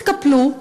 התקפלו,